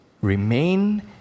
remain